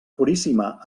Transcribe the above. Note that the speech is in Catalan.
puríssima